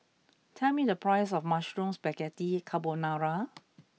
tell me the price of Mushroom Spaghetti Carbonara